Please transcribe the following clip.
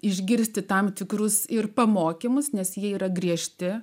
išgirsti tam tikrus ir pamokymus nes jie yra griežti